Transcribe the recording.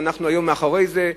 ואנחנו היום אחרי זה,